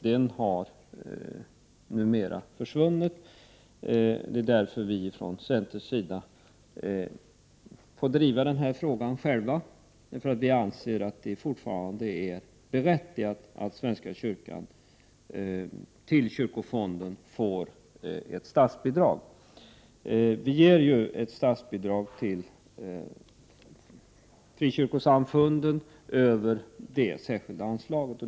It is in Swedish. Den har numera försvunnit. Det är därför vi från centerns sida får driva den här frågan ensamma. Vi anser att det fortfarande är berättigat att svenska kyrkan får ett statsbidrag till kyrkofonden. Vi ger ju statsbidrag till frikyrkosamfunden över det särskilda anslaget.